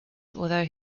although